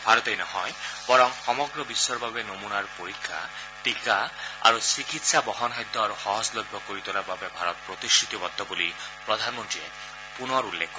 ভাৰতেই নহয় বৰং সমগ্ৰ বিশ্বৰ বাবে নমুনাৰ পৰীক্ষা টীকা আৰু চিকিৎসা বহনসাধ্য আৰু সহজলভ্য কৰি তোলাৰ বাবে ভাৰত প্ৰতিশ্ৰুতিবদ্ধ বুলি প্ৰধানমন্ত্ৰীয়ে পুনৰ উল্লেখ কৰে